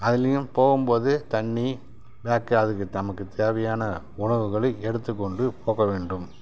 அதுலேயும் போகும்போது தண்ணி பேக்கு அதுக்கு நமக்கு தேவையான உணவுகளை எடுத்துக் கொண்டு போக வேண்டும்